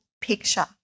picture